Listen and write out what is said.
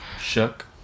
Shook